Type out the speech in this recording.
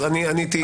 עניתי.